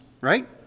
right